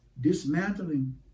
dismantling